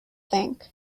think